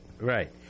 Right